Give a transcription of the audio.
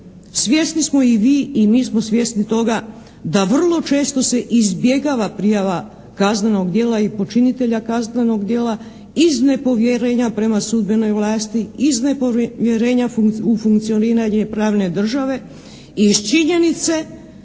Svjesni smo i vi i mi smo svjesni toga da vrlo često se izbjegava prijava kaznenog djela i počinitelja kaznenog djela iz nepovjerenja prema sudbenoj vlasti, iz nepovjerenja u funkcioniranje pravne države i iz činjenice